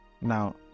Now